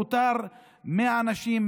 מותר ש-100 אנשים,